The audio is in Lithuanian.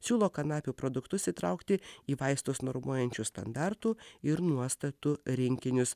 siūlo kanapių produktus įtraukti į vaistus normuojančių standartų ir nuostatų rinkinius